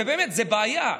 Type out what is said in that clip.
ובאמת זו בעיה.